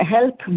Help